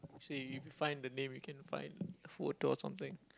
see if you find the name you can find a photo or something